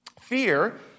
Fear